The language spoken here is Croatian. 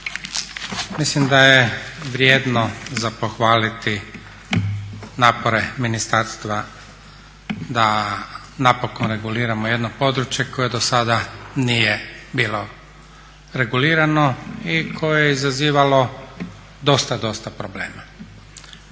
Mislim da je vrijedno za pohvaliti napore ministarstva da napokon reguliramo jedno područje koje do sada nije bilo regulirano i koje je izazivalo dosta, dosta problema.